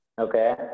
Okay